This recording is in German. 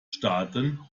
starten